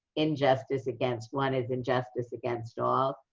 injustice against one is injustice against all,